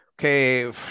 okay